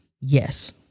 Yes